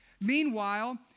Meanwhile